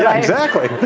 yeah exactly.